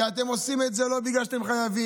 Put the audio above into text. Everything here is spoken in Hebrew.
כי אתם עושים את זה לא בגלל שאתם חייבים,